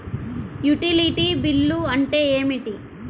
Utility bill అంటే ఏమిటి?